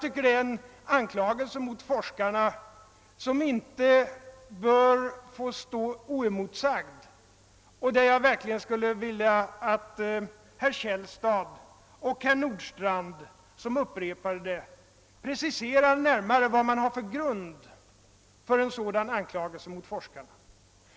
Detta är en anklagelse mot forskarna som inte bör få stå oemotsagd, och jag skulle verkligen önska att herr Källstad och herr Nordstrandh, som har upprepat den, närmare preciserade vad de har för grund för den.